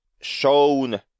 shown